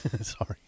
sorry